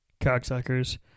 cocksuckers